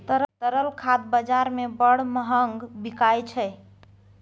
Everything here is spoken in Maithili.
तरल खाद बजार मे बड़ महग बिकाय छै